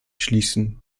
schließen